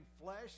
flesh